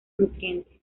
nutrientes